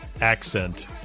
accent